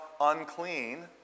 unclean